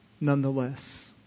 Nonetheless